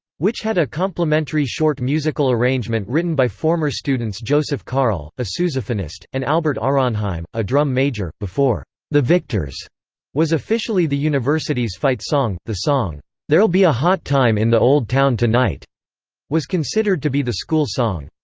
which had a complementary short musical arrangement written by former students joseph carl, a sousaphonist, and albert ahronheim, a drum major before the victors was officially the university's fight song, the song there'll be a hot time in the old town tonight was considered to be the school song.